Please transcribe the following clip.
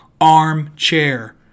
ARMCHAIR